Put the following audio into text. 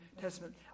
testament